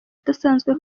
udasanzwe